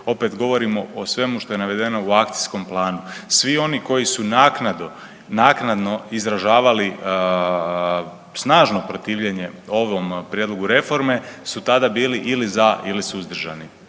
opet govorimo o svemu što je navedeno u akcijskom planu. Svi oni koji su naknadno izražavali snažno protivljenje ovom prijedlogu reforme su tada bili ili za ili suzdržani.